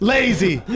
Lazy